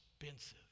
expensive